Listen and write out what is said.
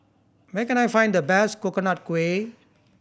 where can I find the best Coconut Kuih